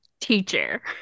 teacher